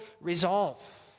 resolve